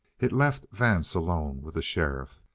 it left vance alone with the sheriff.